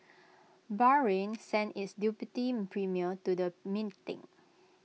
Bahrain sent its deputy premier to the meeting